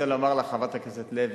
אני רוצה לומר לך, חברת הכנסת לוי,